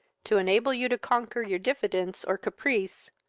to enable you to conquer your diffidence, or caprice,